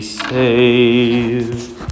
saved